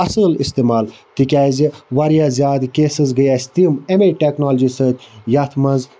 اصٕل استعمال تکیازِ واریاہ زیادٕ کیسِز گٔے اَسہِ تِم امے ٹیٚکنالجی سۭتۍ یَتھ مَنٛز